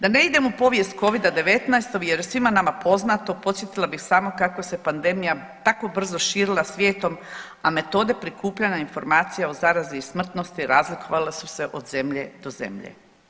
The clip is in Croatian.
Da ne idem u povijest covida-19 jer je svima nama poznato, podsjetila bih samo kako se pandemija tako brzo širila svijetom, a metode prikupljanja informacija o zarazi i smrtnosti razlikovale su se od zemlje do zemlje.